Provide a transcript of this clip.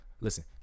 listen